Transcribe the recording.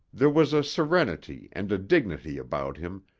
there was a serenity and a dignity about him,